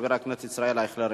חבר הכנסת ישראל אייכלר,